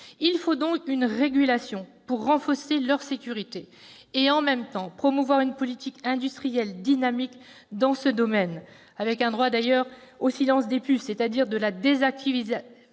Il faut donc une régulation pour renforcer cette sécurité et en même temps promouvoir une politique industrielle dynamique dans ce domaine, assortie, d'ailleurs, d'un droit au « silence des puces », c'est-à-dire à la désactivation.